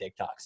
TikToks